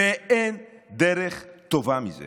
ואין דרך טובה מזו